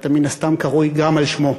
ואתה מן הסתם קרוי גם על שמו,